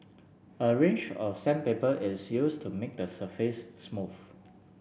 a range of sandpaper is used to make the surface smooth